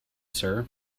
sir